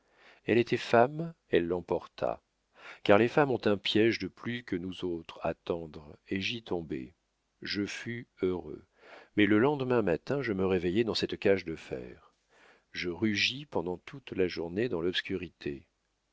elle était femme elle l'emporta car les femmes ont un piége de plus que nous autres à tendre et j'y tombai je fus heureux mais le lendemain matin je me réveillai dans cette cage de fer je rugis pendant toute la journée dans l'obscurité